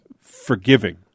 forgiving